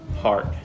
heart